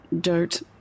dirt